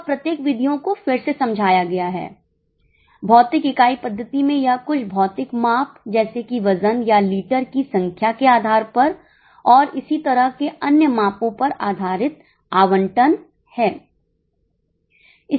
अब प्रत्येक विधियों को फिर से समझाया गया है भौतिक इकाई पद्धति में यह कुछ भौतिक माप जैसे कि वजन या लीटर की संख्या के आधार पर और इसी तरह के अन्य मापों पर आधारित आवंटन है